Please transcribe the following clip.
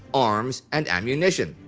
arms, and ammunition.